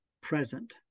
present